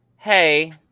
Hey